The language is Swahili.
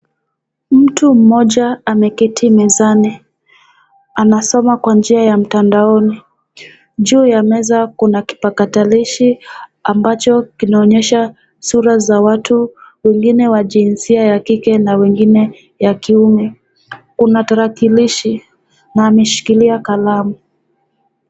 Mtu mmoja ameketi mezani, anasoma kwa njia ya mtandaoni. Juu ya meza kuna kipakatalishi ambacho kinaonyesha sura za watu wengine wa jinsia ya kike na wengine ya kiume. kuna tarakilishi na ameshikilia kalamu.